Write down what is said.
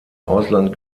ausland